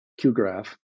QGraph